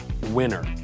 winner